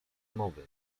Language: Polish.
mowy